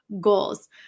goals